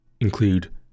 include